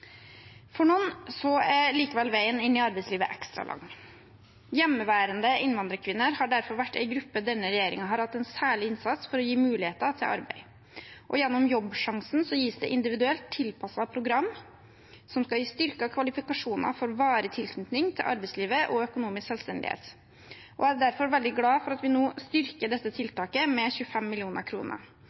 For noen er likevel veien inn i arbeidslivet ekstra lang. Hjemmeværende innvandrerkvinner har derfor vært en gruppe denne regjeringen har hatt en særlig innsats for – å gi dem muligheter til arbeid. Gjennom Jobbsjansen gis det individuelt tilpassede program som skal gi styrkede kvalifikasjoner for varig tilknytning til arbeidslivet og økonomisk selvstendighet. Jeg er derfor veldig glad for at vi nå styrker dette tiltaket med 25